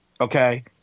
okay